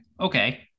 Okay